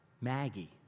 Maggie